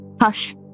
Hush